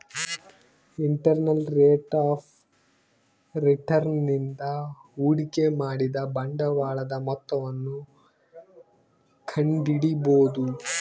internal rate of return ನಿಂದ ಹೂಡಿಕೆ ಮಾಡಿದ ಬಂಡವಾಳದ ಮೊತ್ತವನ್ನು ಕಂಡಿಡಿಬೊದು